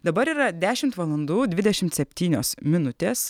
dabar yra dešimt valandų dvidešimt septynios minutės